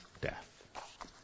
death